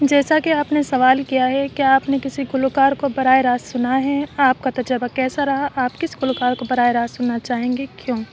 جیسا کہ آپ نے سوال کیا ہے کہ آپ نے کسی گلوکار کو براہ راست سنا ہے آپ کا تجربہ کیسا رہا آپ کس گلوکار کو براہ راست سننا چاہیں گے کیوں